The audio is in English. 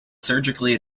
surgically